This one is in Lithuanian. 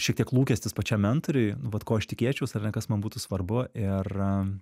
šiek tiek lūkestis pačiam mentoriui nu vat ko aš tikėčiaus ar ne kas man būtų svarbu ir